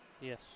Yes